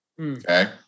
Okay